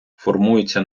формується